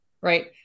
right